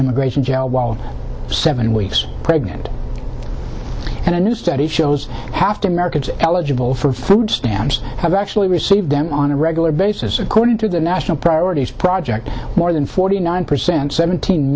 immigration seven weeks pregnant and a new study shows have to americans eligible for food stamps have actually received them on a regular basis according to the national priorities project more than forty nine percent seventeen